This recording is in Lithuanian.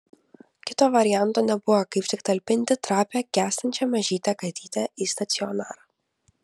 kito varianto nebuvo kaip tik talpinti trapią gęstančią mažytę katytę į stacionarą